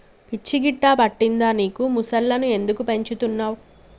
పిచ్చి గిట్టా పట్టిందా నీకు ముసల్లను ఎందుకు పెంచుతున్నవ్